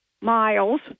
miles